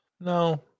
No